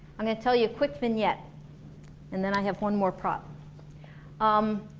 i'm gonna tell you a quick vignette and then i have one more prop um